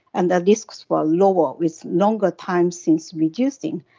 and the risks were lower with longer time since reducing.